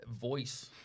voice